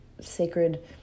sacred